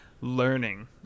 learning